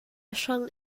hrang